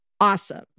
awesome